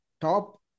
top